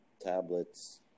tablets